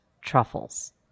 truffles